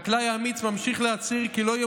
החקלאי האמיץ ממשיך להצהיר כי לא יהיה